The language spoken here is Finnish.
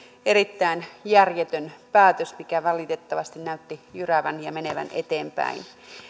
erittäin järjetön päätös mikä valitettavasti näytti jyräävän ja menevän eteenpäin